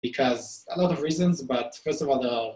Because a lot of reasons, but first of all, they're all...